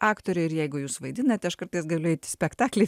aktorė ir jeigu jūs vaidinat aš kartais galiu eit į spektaklį